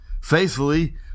faithfully